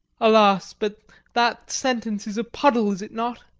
alas, but that sentence is a puddle is it not?